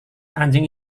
anjing